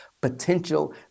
potential